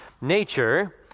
Nature